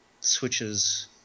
switches